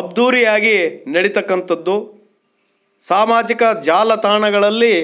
ಅದ್ಧೂರಿಯಾಗಿ ನಡೀತಕ್ಕಂಥದ್ದು ಸಾಮಾಜಿಕ ಜಾಲತಾಣಗಳಲ್ಲಿ